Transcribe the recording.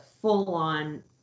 full-on